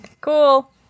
cool